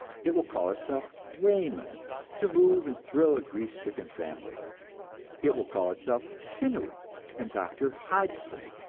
it will call itself raymond to move and thrill a grief-stricken family it will call itself phinuit and dr. hodgson,